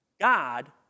God